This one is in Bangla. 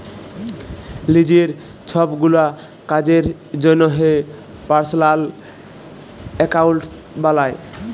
লিজের ছবগুলা কাজের জ্যনহে পার্সলাল একাউল্ট বালায়